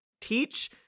teach